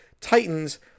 Titans